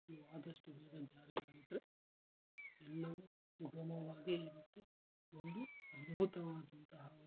ಇವು ಆದಷ್ಟು ಬೇಗ ಜಾರಿ ಆಗಿದ್ರೆ ಎಲ್ಲವೂ ಸುಗಮವಾಗೇ ಇರುತ್ತೆ ಒಂದು ಅದ್ಭುತವಾದಂತಹ ಒಂದು